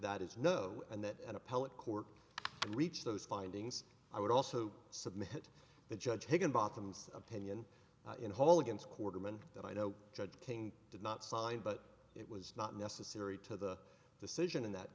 court reached those findings i would also submit the judge higginbotham's opinion in hall against quarterman that i know judge king did not sign but it was not necessary to the decision in that